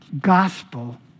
gospel